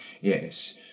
yes